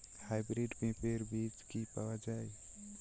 Hybrid পেঁপের বীজ কি পাওয়া যায়?